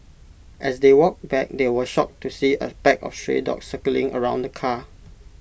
as they walked back they were shocked to see A pack of stray dogs circling around the car